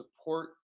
support